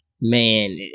Man